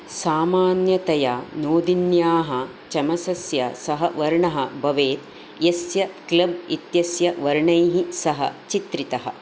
सामान्यतया नोदिन्याः चमसस्य सः वर्णः भवेत् यस्य क्लब् इत्यस्य वर्णैः सह चित्रितः